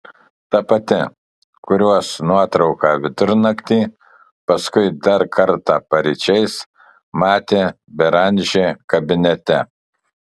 ta pati kurios nuotrauką vidurnaktį paskui dar kartą paryčiais matė beranžė kabinete